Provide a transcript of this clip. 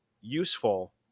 useful